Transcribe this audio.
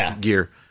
gear